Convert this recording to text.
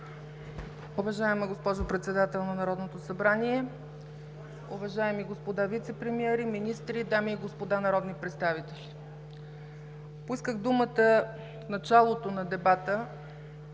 Уважаема госпожо Председател на Народното събрание, уважаеми господа вицепремиери, министри, дами и господа народни представители! Поисках думата в началото на дебата,